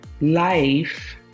life